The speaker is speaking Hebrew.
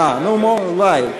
אולי.